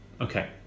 Okay